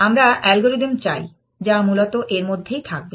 আমরা অ্যালগরিদম চাই যা মূলত এর মধ্যেই থাকবে